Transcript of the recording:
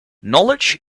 knowledge